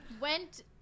went